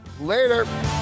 later